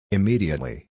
Immediately